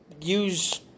use